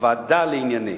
"הוועדה לענייני"